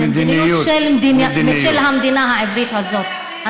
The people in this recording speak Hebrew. זו המדיניות של המדינה העברית הזאת.